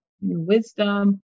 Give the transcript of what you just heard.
wisdom